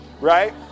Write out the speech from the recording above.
right